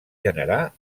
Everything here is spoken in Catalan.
generar